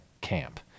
camp